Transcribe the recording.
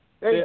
Hey